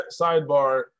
Sidebar